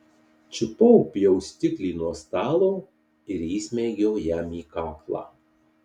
čiupau pjaustiklį nuo stalo ir įsmeigiau jam į kaklą